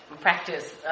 practice